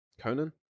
Conan